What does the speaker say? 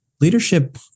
Leadership